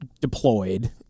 deployed